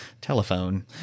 Telephone